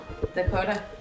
Dakota